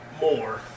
more